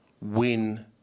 win